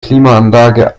klimaanlage